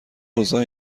اوضاع